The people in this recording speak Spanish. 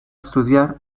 estudiar